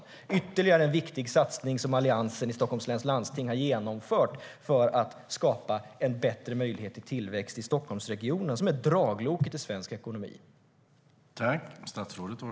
Det är ytterligare en viktig satsning som Alliansen i Stockholms läns landsting har genomfört för att skapa en bättre möjlighet till tillväxt i Stockholmsregionen, som är dragloket för svensk ekonomi.